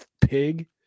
pig